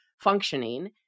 functioning